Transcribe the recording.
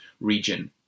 region